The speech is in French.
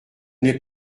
l’ai